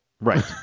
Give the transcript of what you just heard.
Right